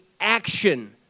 action